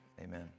amen